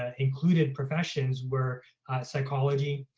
ah included professions were psychology,